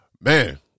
man